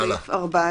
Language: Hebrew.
הלאה.